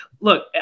Look